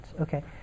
okay